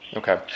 okay